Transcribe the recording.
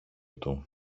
του